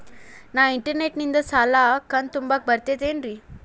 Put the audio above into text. ನಾ ಇಂಟರ್ನೆಟ್ ನಿಂದ ಸಾಲದ ಕಂತು ತುಂಬಾಕ್ ಬರತೈತೇನ್ರೇ?